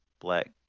Black